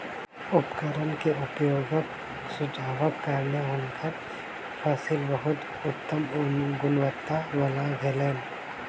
उपकरण के उपयोगक सुझावक कारणेँ हुनकर फसिल बहुत उत्तम गुणवत्ता वला भेलैन